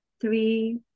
three